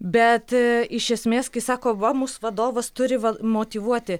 bet iš esmės kai sako va mus vadovas turi motyvuoti